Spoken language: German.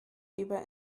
über